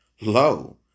lo